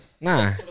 nah